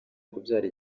kubyara